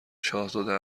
شاهزاده